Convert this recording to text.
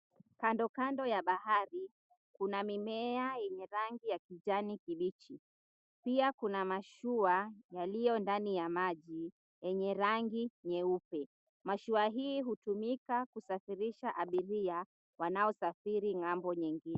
Kando kando ya bahari, kuna mimea yenye rangi ya kijani kibichi. Pia kuna mashua yaliyo ndani ya maji yenye rangi nyeupe. Mashua hii hutumika kusafirisha abiria wanaosafiri ng'ambo nyingine.